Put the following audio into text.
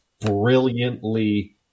brilliantly